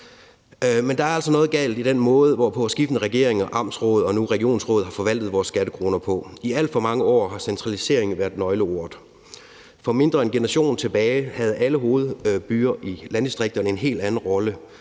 Men der er altså noget galt i den måde, hvorpå skiftende regeringer, amtsråd og nu regionsråd har forvaltet vores skattekroner. I alt for mange år har centralisering været nøgleordet. For mindre end en generation tilbage havde alle hovedbyer i landdistrikterne en helt anden rolle.